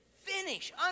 Finish